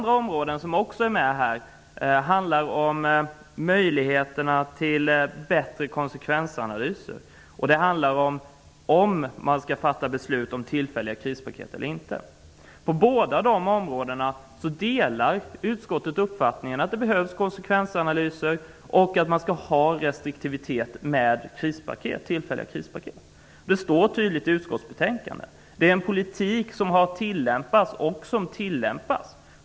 Revisorernas förslag handlar vidare om möjligheterna till bättre konsekvensanalyser och berör frågan om man skall fatta beslut om tillfälliga krispaket eller inte. På båda dessa områden delar utskottet uppfattningen att det behövs konsekvensanalyser och att man skall vara restriktiv med tillfälliga krispaket. Det står tydligt i utskottsbetänkandet. Det är en politik som har tillämpats och som tillämpas.